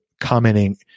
commenting